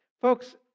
Folks